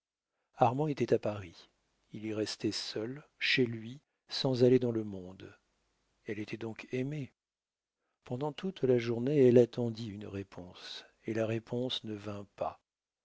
armand était à paris il y restait seul chez lui sans aller dans le monde elle était donc aimée pendant toute la journée elle attendit une réponse et la réponse ne vint pas